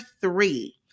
three